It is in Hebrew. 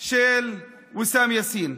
של ויסאם יאסין.